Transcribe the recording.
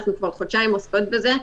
אנחנו כבר חודשיים עוסקות בזה.